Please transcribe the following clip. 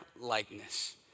likeness